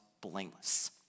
blameless